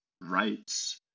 rights